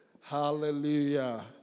Hallelujah